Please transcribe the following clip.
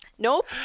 nope